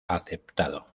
aceptado